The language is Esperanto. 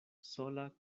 sola